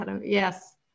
Yes